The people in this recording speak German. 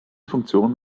funktion